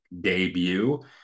debut